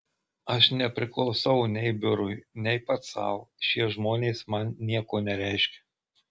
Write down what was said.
aš nepriklausau nei biurui nei pats sau šie žmonės man nieko nereiškia